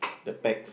the bags